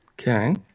Okay